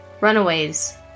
Runaways